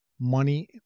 money